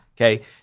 Okay